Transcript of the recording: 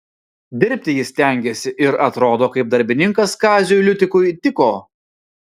dirbti jis stengėsi ir atrodo kaip darbininkas kaziui liutikui tiko